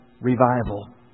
revival